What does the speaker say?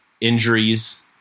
injuries